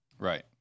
Right